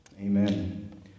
Amen